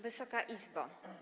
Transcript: Wysoka Izbo!